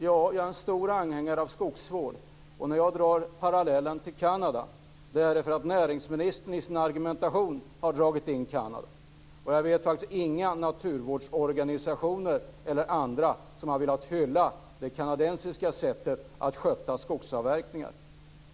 Jag är en stor anhängare av skogsvård. När jag drar parallellen till Kanada så gör jag det för att näringsministern i sin argumentation har dragit in Kanada. Jag vet faktiskt inga naturvårdsorganisationer eller andra som har velat hylla det kanadensiska sättet att sköta skogsavverkningar.